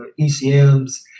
ECMs